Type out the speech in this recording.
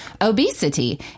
obesity